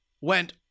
went